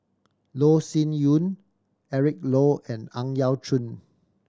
Loh Sin Yun Eric Low and Ang Yau Choon